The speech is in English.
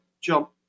jump